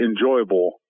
enjoyable